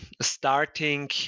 starting